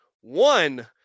one